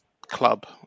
club